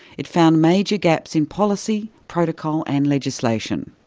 it found major gaps in policy, protocol and legislation.